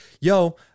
yo